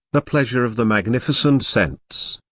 the pleasure of the magnificent scents.